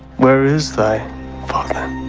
where is thy father?